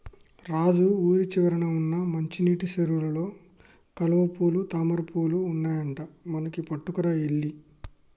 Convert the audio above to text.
రాజు ఊరి చివర వున్న మంచినీటి సెరువులో కలువపూలు తామరపువులు ఉన్నాయట మనకి పట్టుకురా ఎల్లి